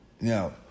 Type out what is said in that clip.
Now